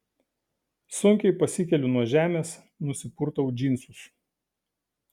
sunkiai pasikeliu nuo žemės nusipurtau džinsus